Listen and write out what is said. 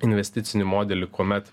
investicinį modelį kuomet